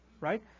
right